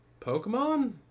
pokemon